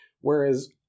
Whereas